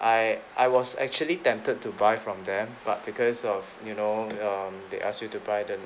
I I was actually tempted to buy from them but because of you know um they ask you to buy the